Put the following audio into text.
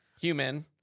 Human